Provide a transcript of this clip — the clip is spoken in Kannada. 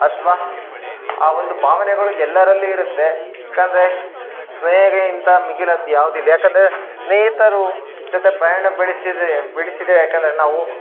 ಅಥ್ವ ಆ ಒಂದು ಭಾವನೆಗಳು ಎಲ್ಲರಲ್ಲಿ ಇರುತ್ತೆ ಯಾಕಂದರೆ ಸ್ನೇಹಗೆ ಇಂಥ ಮಿಗಿಲಾದ ಯಾವ್ದು ಇಲ್ಲ ಯಾಕಂದರೆ ಸ್ನೇಹಿತರು ಜೊತೆ ಪಯಾಣ ಬೆಳೆಸಿದೆ ಬೆಳೆಸಿದೆ ಯಾಕಂದರೆ ನಾವು